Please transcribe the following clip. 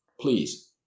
Please